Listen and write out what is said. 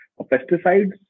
pesticides